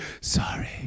sorry